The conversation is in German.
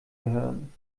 hören